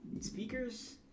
speakers